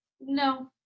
no